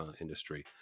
industry